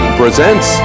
presents